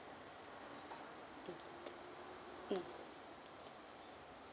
mm mm